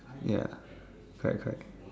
ya correct correct